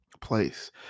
place